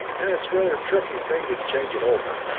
and it's rather tricky thing to change it over.